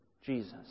Jesus